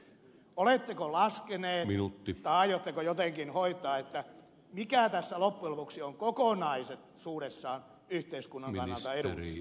oletteko laskeneet tai aiotteko jotenkin hoitaa mikä tässä loppujen lopuksi on kokonaisuudessaan yhteiskunnan kannalta edullista